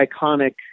iconic